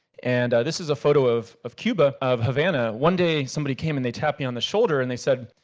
and this is a photo of of cuba, of havana. one day somebody came and they tapped me on the shoulder, and they said,